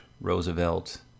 Roosevelt